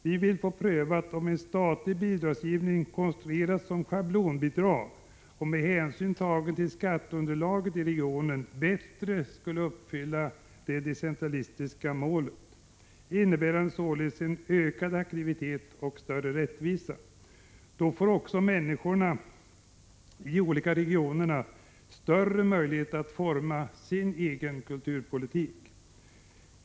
Vi vill få prövat om en statlig bidragsgivning, konstruerad som schablonbidrag och med hänsyn tagen till skatteunderlaget i regionen, bättre skulle uppfylla det decentralistiska målet, som är ökad aktivitet och större rättvisa. Då får människorna i de olika regionerna större möjligheter att forma sin egen kulturpolitik.